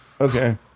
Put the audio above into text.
Okay